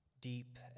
deep